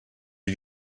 you